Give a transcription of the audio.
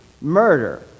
murder